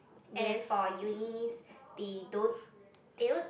and then for uni they don't they don't